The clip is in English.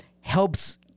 helps